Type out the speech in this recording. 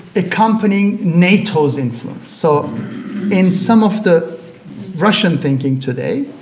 accompanying nato's influence, so in some of the russian thinking today,